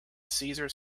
cesar